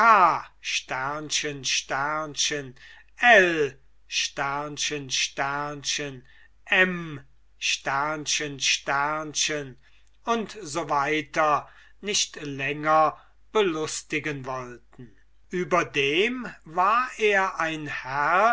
l m u s w nicht länger amüsieren wollten überdem war er ein